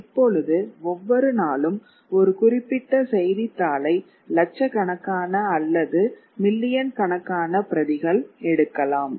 இப்பொழுதுஒவ்வொரு நாளும் ஒரு குறிப்பிட்ட செய்தித்தாளை லட்சக்கணக்கான அல்லது மில்லியன் கணக்கான பிரதிகள் எடுக்கலாம்